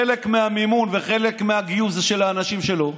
חלק מהמימון וחלק מהגיוס זה של האנשים שלו,